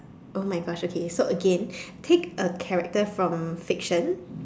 !oh-my-Gosh! okay so again pick a character from fiction